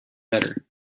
better